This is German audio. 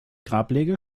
grablege